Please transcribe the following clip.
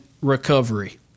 recovery